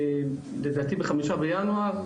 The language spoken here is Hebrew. לדעתי ב-5 בינואר,